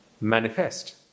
manifest